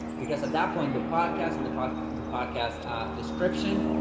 because at that point, the podcast and the podcast, and the podcast description,